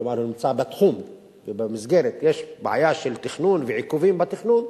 כלומר הוא נמצא בתחום ובמסגרת ויש בעיה של תכנון ועיכובים בתכנון,